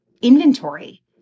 inventory